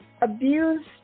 abuse